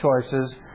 choices